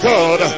God